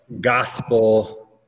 gospel